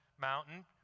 mountain